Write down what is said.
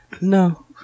No